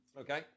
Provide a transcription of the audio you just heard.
Okay